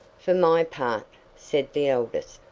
for my part, said the eldest,